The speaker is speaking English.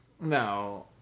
No